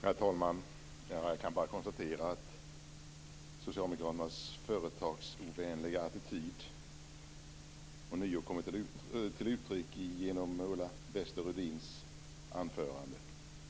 Herr talman! Jag kan bara konstatera att Socialdemokraternas företagsovänliga attityd ånyo kommer till uttryck genom Ulla Wester-Rudins anförande.